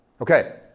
okay